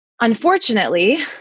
Unfortunately